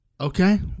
Okay